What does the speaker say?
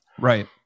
Right